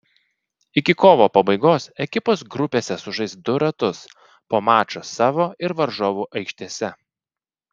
iki kovo pabaigos ekipos grupėse sužais du ratus po mačą savo ir varžovų aikštėse